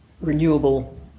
renewable